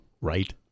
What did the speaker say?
right